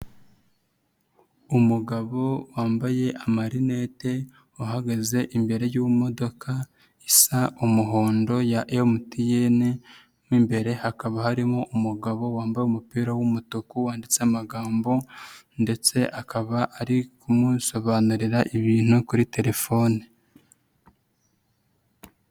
Umugabo wambaye amarinete uhagaze imbere y'imodoka isa umuhondo ya MTN mo imbere hakaba harimo umugabo wambaye umupira w'umutuku wanditse amagambo ndetse akaba ari kumusobanurira ibintu kuri telefone.